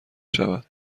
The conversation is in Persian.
شود